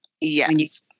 Yes